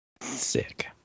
Sick